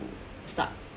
start